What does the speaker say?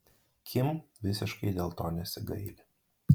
kim visiškai dėl to nesigaili